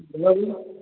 બરાબર